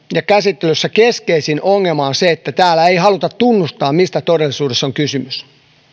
ja sen käsittelyssä keskeisin ongelma on se että täällä ei haluta tunnustaa mistä todellisuudessa on kysymys